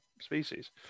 species